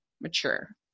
mature